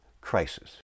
crisis